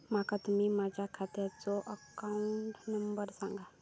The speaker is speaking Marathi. माका तुम्ही माझ्या खात्याचो अकाउंट नंबर सांगा?